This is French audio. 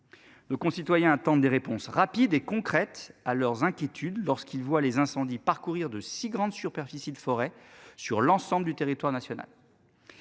Nos concitoyens attendent des réponses rapides et concrètes à leurs inquiétudes lorsqu'ils voient les incendies parcourir de si grande superficie de forêt sur l'ensemble du territoire national.